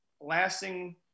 lasting